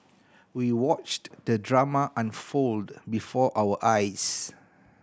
we watched the drama unfold before our eyes